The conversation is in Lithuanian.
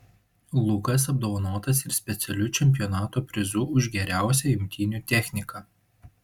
lukas apdovanotas ir specialiu čempionato prizu už geriausią imtynių techniką